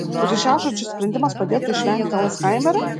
kryžiažodžių sprendimas padėtų išvengti alzhaimerio